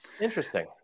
Interesting